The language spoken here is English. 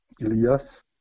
Ilias